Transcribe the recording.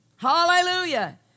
Hallelujah